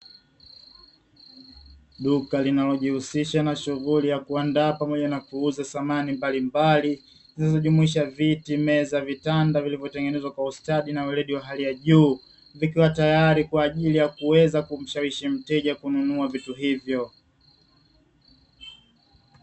Duka linalojihusisha na shughuli ya kuandaa pamoja na kuuza samani mbali mbali zikijuisha viti, meza, vitanda vilivyotengenezwa kwa ustadi na weledi wa hali ya juu vikiwa tayari kwa ajili ya kuweza kumshawishi mteja kununua vitu hivyo.